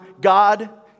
God